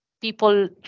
people